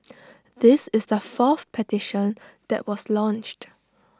this is the fourth petition that was launched